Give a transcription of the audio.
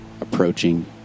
approaching